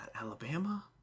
alabama